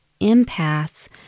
empaths